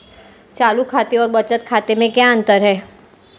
चालू खाते और बचत खाते में क्या अंतर है?